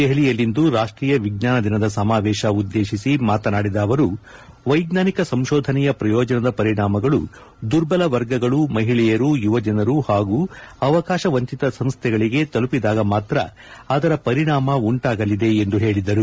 ದೆಹಲಿಯಲ್ಲಿಂದು ರಾಷ್ಟೀಯ ವಿಜ್ಞಾನ ದಿನದ ಸಮಾವೇಶ ಉದ್ಲೇಶಿಸಿ ಮಾತನಾಡಿದ ಅವರು ವೈಜ್ಞಾನಿಕ ಸಂಶೋಧನೆಯ ಪ್ರಯೋಜನದ ಪರಿಣಾಮಗಳು ದುರ್ಬಲ ವರ್ಗಗಳು ಮಹಿಳೆಯರು ಯುವ ಜನರು ಪಾಗೂ ಅವಕಾಶ ವಂಚಿತ ಸಂಸ್ವೆಗಳಿಗೆ ತಲುಪಿದಾಗ ಮಾತ್ರ ಅದರ ಪರಿಣಾಮ ಉಂಟಾಗಲಿದೆ ಎಂದು ತಿಳಿಸಿದರು